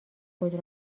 خود